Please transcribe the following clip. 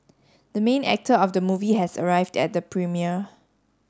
the main actor of the movie has arrived at the premiere